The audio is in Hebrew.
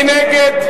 מי נגד?